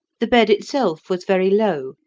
the bed itself was very low,